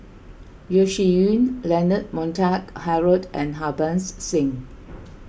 Yeo Shih Yun Leonard Montague Harrod and Harbans Singh